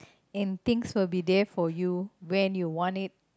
and things will be there for you when you want it